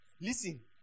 Listen